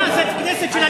איזה טרור?